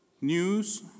news